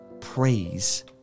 praise